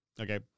Okay